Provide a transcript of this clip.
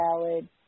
salad